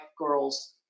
girls